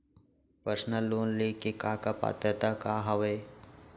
Personal loan ले के का का पात्रता का हवय?